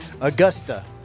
Augusta